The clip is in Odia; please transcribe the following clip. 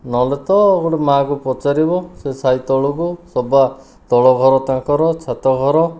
ନହେଲେ ତ ଗୋଟିଏ ମା'କୁ ପଚାରିବ ସେହି ସାହି ତଳକୁ ସବା ତଳ ଘର ତାଙ୍କର ଛାତ ଘର